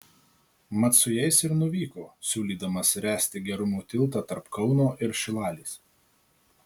mat su jais ir nuvyko siūlydamas ręsti gerumo tiltą tarp kauno ir šilalės